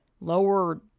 lower